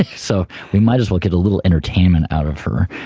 ah so we might as well get a little entertainment out of her.